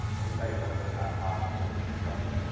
let me tell you a little bit about todd before we get started.